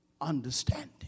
understanding